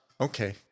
Okay